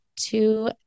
two